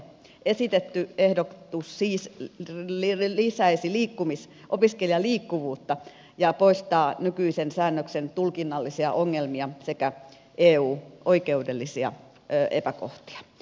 esitetty ehdotus siis lisäisi opiskelijan liikkuvuutta ja poistaisi nykyisen säännöksen tulkinnallisia ongelmia sekä eu oikeudellisia epäkohtia